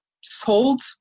sold